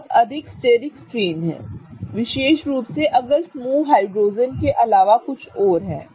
तो बहुत अधिक स्टिरिक स्ट्रेन है विशेष रूप से अगर समूह हाइड्रोजन के अलावा कुछ और है